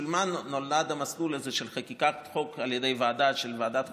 בשביל מה נולד המסלול הזה של חקיקת חוק על ידי ועדה של ועדת החוקה?